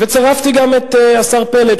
וצירפתי גם את השר פלד,